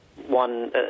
One